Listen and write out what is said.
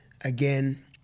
again